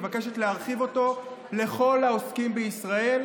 מבקשת להרחיב אותו לכל העוסקים בישראל,